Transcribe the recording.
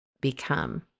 become